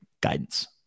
guidance